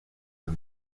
del